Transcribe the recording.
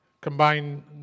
combine